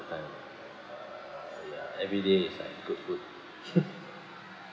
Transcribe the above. time ya every day is like good food